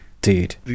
Dude